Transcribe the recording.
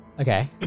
Okay